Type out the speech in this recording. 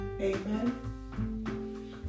amen